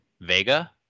vega